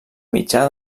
mitjà